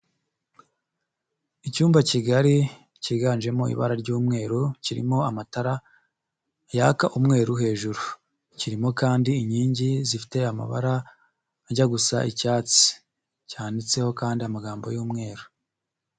Icyumba kigari cyiganjemo ibara ry'umweru kirimo amatara yaka umweru hejuru, kirimo kandi inkingi zifite amabara ajya gusa icyatsi cyanditseho kandi amagambo y'umweru.